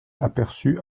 aperçu